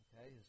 Okay